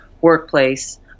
workplace